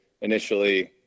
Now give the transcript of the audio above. initially